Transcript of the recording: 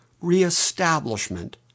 reestablishment